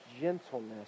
gentleness